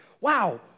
Wow